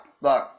Look